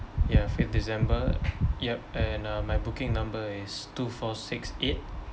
ya fifth december yup and uh my booking number is two four six eight